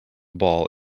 ball